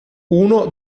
uno